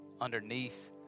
underneath